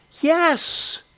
Yes